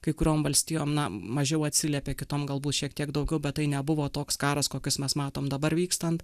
kai kuriom valstijom na mažiau atsiliepė kitom galbūt šiek tiek daugiau bet tai nebuvo toks karas kokius mes matom dabar vykstant